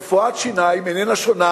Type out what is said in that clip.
שבה רפואת שיניים איננה שונה